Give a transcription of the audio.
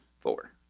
Four